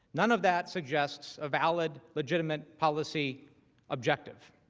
none of that suggests a valid legitimate policy objective